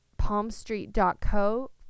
palmstreet.co